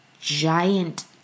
giant